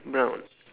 brown